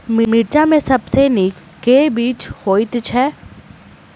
मिर्चा मे सबसँ नीक केँ बीज होइत छै?